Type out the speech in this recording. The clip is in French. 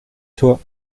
toi